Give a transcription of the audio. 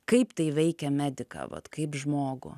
kaip tai veikia mediką vat kaip žmogų